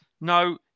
No